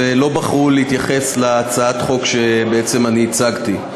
ולא בחרו להתייחס להצעת החוק שבעצם הצגתי.